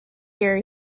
year